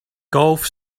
golf